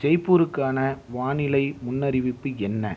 ஜெய்ப்பூருக்கான வானிலை முன்னறிவிப்பு என்ன